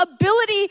ability